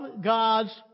God's